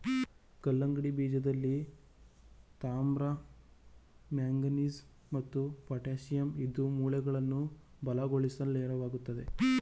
ಕಲ್ಲಂಗಡಿ ಬೀಜದಲ್ಲಿ ತಾಮ್ರ ಮ್ಯಾಂಗನೀಸ್ ಮತ್ತು ಪೊಟ್ಯಾಶಿಯಂ ಇದ್ದು ಮೂಳೆಯನ್ನ ಬಲಗೊಳಿಸ್ಲು ನೆರವಾಗ್ತದೆ